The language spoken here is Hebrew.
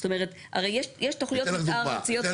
זאת אומרת, הרי יש תוכניות מתאר ארציות.